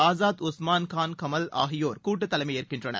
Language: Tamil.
ஆசாதுஸ்ஸாமான் கான் கமல் ஆகியோர் கூட்டு தலைமை ஏற்கின்றனர்